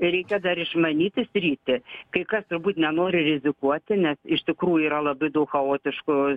reikia dar išmanyti sritį kai kas turbūt nenori rizikuoti nes iš tikrųjų yra labai daug chaotiško